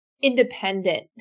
independent